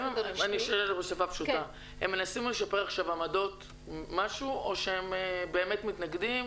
אני אשאל בשפה פשוטה: הם מנסים לשפר עכשיו עמדות או שהם באמת מתנגדים?